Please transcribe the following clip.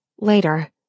Later